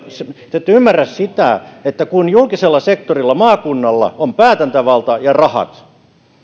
te ette ymmärrä sitä että kun julkisella sektorilla maakunnalla on päätäntävalta ja rahat